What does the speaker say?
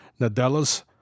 Nadella's